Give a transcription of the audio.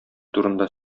турында